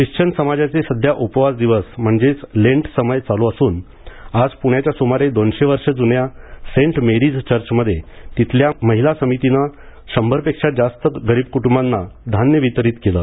Christian समाजाचे सध्या उपवास दिवस म्हणजेच लेंट समय चालू असून आज प्ण्याच्या सुमारे दोनशे वर्षे ज्न्या सेंट मेरीज चर्चमध्ये तिथल्या महिला समितीने शंभर पेक्षा जास्त गरीब कुटुंबांना धान्य वितरित केले